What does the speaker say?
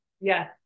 Yes